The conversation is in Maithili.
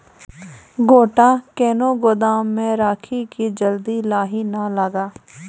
गोटा कैनो गोदाम मे रखी की जल्दी लाही नए लगा?